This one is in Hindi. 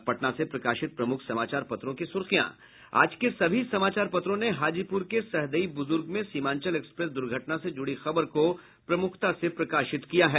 अब पटना से प्रकाशित प्रमुख समाचार पत्रों की सुर्खियां आज के सभी समाचार पत्रों ने हाजीपुर के सहदेई बुजुर्ग में सीमांचल एक्सप्रेस दुर्घटना से जुड़ी खबर को प्रमुखता से प्रकाशित किया है